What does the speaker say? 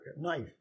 knife